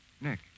Nick